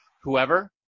whoever